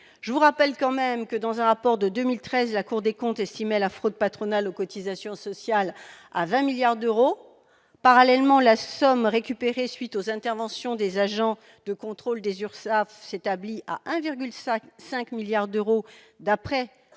Je rappelle que, dans un rapport de 2013, la Cour des comptes estimait la fraude patronale aux cotisations sociales à 20 milliards d'euros. Parallèlement, la somme récupérée à la suite des interventions des agents de contrôle des URSSAF s'établit à 1,5 milliard d'euros, d'après